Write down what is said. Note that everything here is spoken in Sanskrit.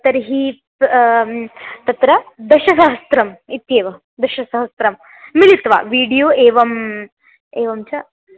तर्हि तत्र दशसहस्रम् इत्येव दशसहस्रं मिलित्वा वीडियो एवम् एवं च